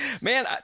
Man